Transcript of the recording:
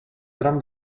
gran